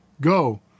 go